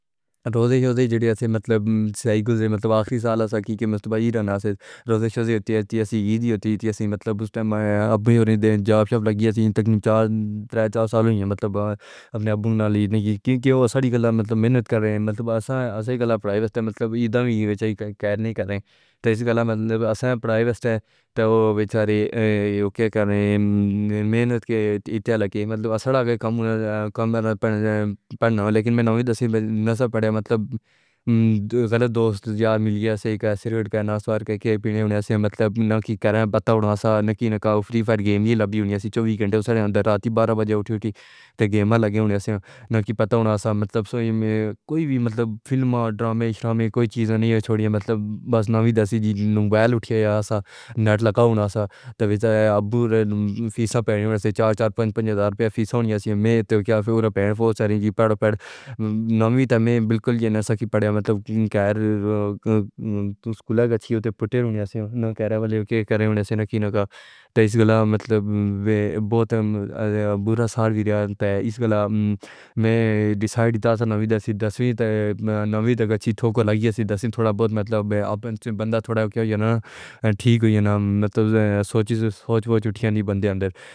روزے شوزے جڑی اسے مطلب سیاہی گذرے مطلب آخری سال سا کی کے مطلب ہی رہنا سے روزے شوزے ہوتی ہے ایسی چیزیں ہوتی ہیں ہم مطلب اس ٹائم میں ابھی ہونے دے جاب شپ لگی ہوئی ہے تکن چار تین چار سال ہوئے ہیں مطلب اپنے ابو نال کی وہ سڑی گل مہلت کر رہے ہیں مطلب اسی گلا پڑھائے راستے مطلب ہی نہیں کریں تو اس گالے میں پڑھائے راستے تے وہ بیچاری کہ کریں محنت کی مطلب کم سے کم پڑھنا ہو لیکن میں نہیں ملی نسل پڑھے مطلب غلط دوست یا ملیں گے سے کیسے کہنا سیکھیں پینے والے سے مطلب نہ کہ کرنہ پتہ ہونا سا نا کی نا کا فریفائر گیم لڑی ہونی سی چوبیس گھنٹے سارے اندر راتی برہ بجے اٹھے ہوئے تے گیم لگے ہوئے ہیں نہیں سا نہیں پتا سا مطلب سوئی میں کوئی بھی مطلب فلم ڈرامے وغیرہ کوئی چیزیں نہیں چھوڑی ہوئی مطلب بس نہ چڑھی تھی نے موبائل اٹھایا سا نیٹ لگاؤ سا وچ ابو فیسہ پڑھی ہوتی تھی چار چار پنج پنج ہزار روپے فیس ہونی سی مہیت قافوں پر فورس سے پڑھ پڑھ نویں تے میں بالکل نہ سکی پڑھے مطلب گائروں تو سکول کا چھی ہوتی پٹیریا سے کہراوالیوں کے گھر ہونے والی سینکین کا تے اس گلا مطلب بے بوتھ بُرا سار بھی رہا ہے تے اس گلا میں ڈیسائیڈ تاسے نویں دسی دسویں تے نویں دسی ٹوکو لگی ہوئی تھی تھوڑا بہت مطلب اپنے بندہ تھوڑا کیا نا ٹھیک ہو گیا نا مطلب سوچی سوچ سوچ بوجھ اٹھیا نہیں بندے اندر